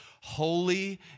holy